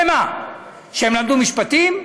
במה, שהם למדו משפטים?